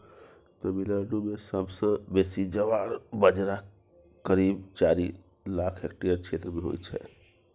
तमिलनाडु मे सबसँ बेसी ज्वार बजरा करीब चारि लाख हेक्टेयर क्षेत्र मे होइ छै